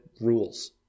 rules